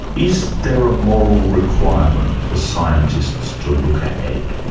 is there a moral requirement for scientists to look ahead?